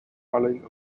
following